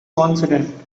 confident